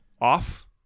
off